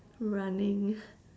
running